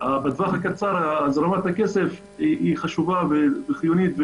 בטווח הקצר הזרמת הכסף חשובה וחיונית,